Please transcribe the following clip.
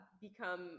become